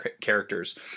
characters